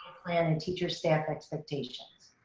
plan and teacher staff expectations.